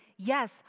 Yes